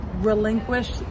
relinquish